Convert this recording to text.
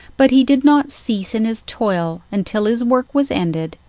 but he did not cease in his toil until his work was ended,